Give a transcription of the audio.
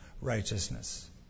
righteousness